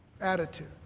attitude